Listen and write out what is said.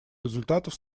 результатов